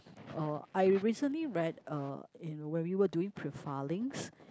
uh I recently read uh in when we were doing profilings